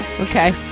Okay